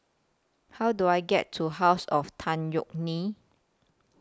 How Do I get to House of Tan Yeok Nee